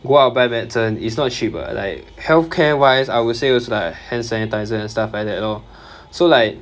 go out buy medicine it's not cheap [what] like healthcare wise I would say it's like hand sanitisers and stuff like that lor so like